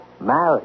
Married